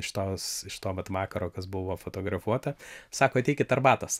iš tos iš to vat vakaro kas buvo fotografuota sako ateikit arbatos